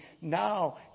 now